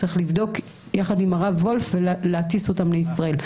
צריך לבדוק יחד עם הרב וולף ולהטיס אותם לישראל.